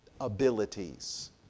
abilities